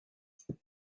that